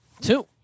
Two